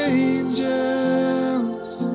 angels